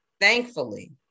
thankfully